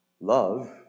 Love